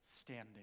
Standing